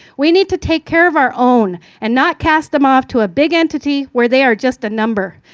we need to take care of our own and not cast them off to a big entity where they are just a number.